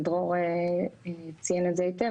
ודרור ציין את זה היטב,